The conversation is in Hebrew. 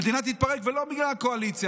המדינה תתפרק, ולא בגלל הקואליציה.